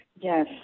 Yes